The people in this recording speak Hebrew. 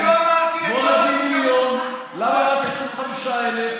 בוא נביא מיליון, למה רק 25,000?